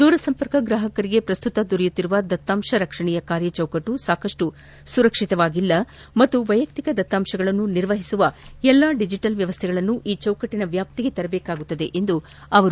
ದೂರ ಸಂಪರ್ಕ ಗ್ರಾಹಕರಿಗೆ ಪ್ರಸ್ತುತ ದೊರೆಯುತ್ತಿರುವ ದತ್ತಾಂಶ ರಕ್ಷಣೆಯ ಕಾರ್ಯಚೌಕಟ್ಟು ಸಾಕಷ್ಟು ಸುರಕ್ಷಿತವಾಗಿಲ್ಲ ಮತ್ತು ವೈಯಕ್ತಿಕ ದತ್ತಾಂಶಗಳನ್ನು ನಿರ್ವಹಿಸುವ ಎಲ್ಲಾ ಡಿಜಿಟಲ್ ವ್ಯವಸ್ಥೆಗಳನ್ನು ಈ ಚೌಕಟ್ಟನ ವ್ಯಾಪ್ತಿಗೆ ತರಬೇಕಾಗುತ್ತದೆ ಎಂದರು